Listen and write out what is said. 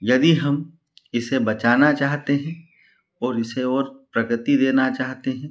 यदि हम इसे बचाना चाहते हैं और इसे और प्रगति देना चाहते हैं